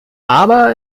aber